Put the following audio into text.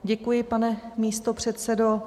Děkuji, pane místopředsedo.